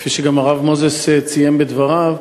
כפי שגם הרב מוזס ציין בדבריו,